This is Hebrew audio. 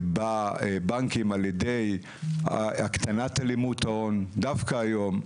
בבנקים על ידי הקטנת הלימות ההון, דווקא היום,